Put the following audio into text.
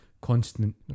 constant